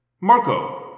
Marco